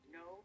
no